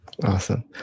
Awesome